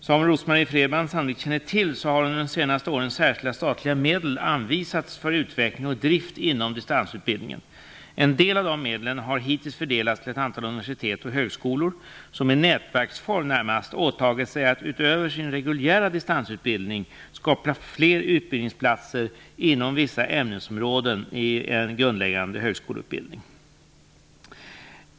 Som Rose-Marie Frebran sannolikt känner till har under de senaste åren särskilda statliga medel anvisats för utveckling och drift inom distansutbildningen. En del av dessa medel har hittills fördelats till ett antal universitet och högskolor som i nätverksform åtagit sig att, utöver sin reguljära distansutbildning, skapa fler utbildningsplatser inom vissa ämnesområden i grundläggande högskoleutbildning.